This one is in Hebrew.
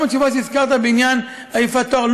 גם התשובות שהזכרת בעניין "יפת תואר",